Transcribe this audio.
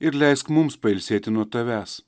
ir leisk mums pailsėti nuo tavęs